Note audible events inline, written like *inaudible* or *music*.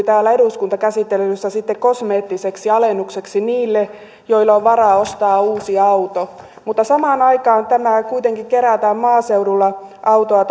*unintelligible* täällä eduskuntakäsittelyssä sitten kosmeettiseksi alennukseksi niille joilla on varaa ostaa uusi auto mutta samaan aikaan tämä kuitenkin kerätään maaseudulla autoa *unintelligible*